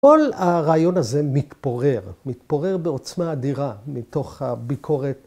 ‫כל הרעיון הזה מתפורר, ‫מתפורר בעוצמה אדירה ‫מתוך הביקורת.